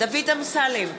דוד אמסלם,